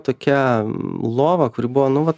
tokia lova kuri buvo nu va